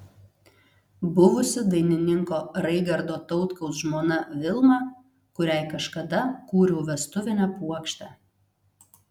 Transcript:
buvusi dainininko raigardo tautkaus žmona vilma kuriai kažkada kūriau vestuvinę puokštę